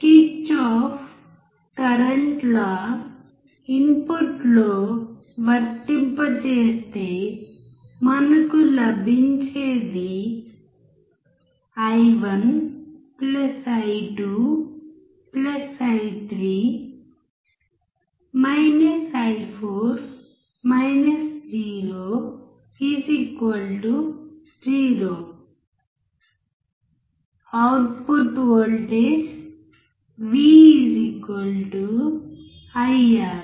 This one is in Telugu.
కిర్చోఫ్ కరెంట్ లా ఇన్పుట్లో వర్తింపజేస్తే మనకు లభించేది అవుట్పుట్ వోల్టేజ్ V IR